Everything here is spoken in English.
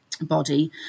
body